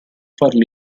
farli